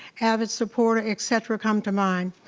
avid supporter, et cetera, come to mind.